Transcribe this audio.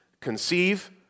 conceive